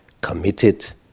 committed